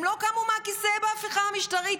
הם לא קמו מהכיסא בהפיכה המשטרית,